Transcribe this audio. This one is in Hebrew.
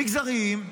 מגזריים,